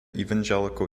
evangelical